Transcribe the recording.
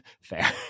fair